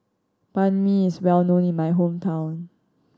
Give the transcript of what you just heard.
Banh Mi is well known in my hometown